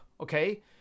okay